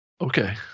Okay